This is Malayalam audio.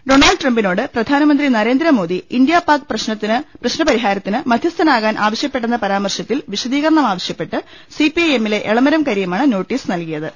ഡൊണാൾഡ് ട്രംപിനോട് പ്രധാനമന്ത്രി നരേന്ദ്ര മോദി ഇന്ത്യാ പാക് പ്രശ്നപരിഹാരത്തിന് മധ്യസ്ഥനാകാൻ ആവശ്യപ്പെട്ടെന്ന പരാമർശത്തിൽ വിശദീകരണമാവശ്യപ്പെട്ട് സി പി ഐ എമ്മിലെ എളമരം കരീമാണ് നോട്ടീസ് നൽകിയ ത്